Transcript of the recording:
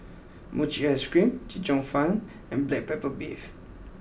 Mochi Ice Cream Chee Cheong Fun and Black Pepper Beef